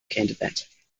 candidate